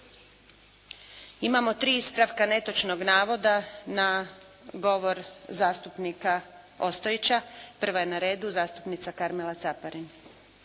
Imamo tri ispravka netočnog navoda na govor zastupnika Ostojića. Prva je na redu zastupnica Karmela Caparin.